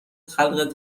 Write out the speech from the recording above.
خلق